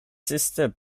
sister